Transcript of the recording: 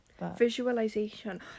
visualization